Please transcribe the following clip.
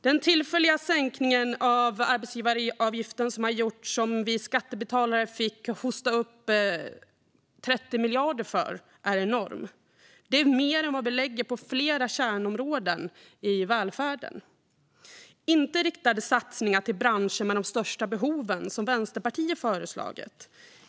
Den tillfälliga sänkningen av arbetsgivaravgiften, som vi skattebetalare fick hosta upp 30 miljarder för, är enorm. Det är mer än vad vi lägger på flera kärnområden i välfärden. Det är inte riktade satsningar till branscherna med de största behoven, som Vänsterpartiet föreslagit.